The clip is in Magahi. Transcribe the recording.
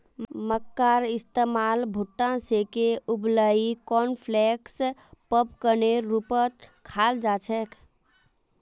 मक्कार इस्तमाल भुट्टा सेंके उबलई कॉर्नफलेक्स पॉपकार्नेर रूपत खाल जा छेक